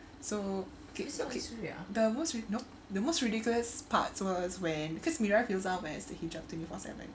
so okay okay nope the most ridiculous parts was when first mira filzah was twenty four seven